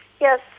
Yes